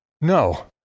No